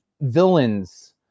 villains